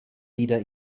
wieder